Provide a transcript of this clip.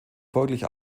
folglich